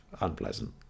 unpleasant